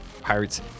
Pirates